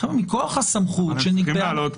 מכוח הסמכות שנקבעה.